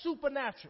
supernatural